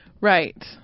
Right